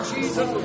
Jesus